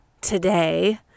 today